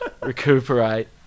Recuperate